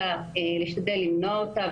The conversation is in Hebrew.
אלא להשתדל למנוע אותה,